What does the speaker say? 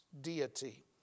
deity